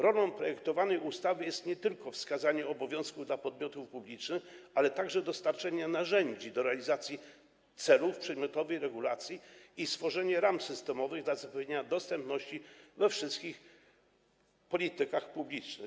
Rolą projektowanej ustawy jest nie tylko wskazanie obowiązku dla podmiotów publicznych, ale także dostarczenia narzędzi do realizacji celów przedmiotowej regulacji i stworzenie ram systemowych dla zapewnienia dostępności we wszystkich politykach publicznych.